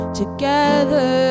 together